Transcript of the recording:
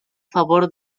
favor